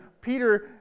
Peter